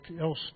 else